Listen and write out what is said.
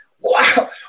wow